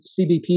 cbp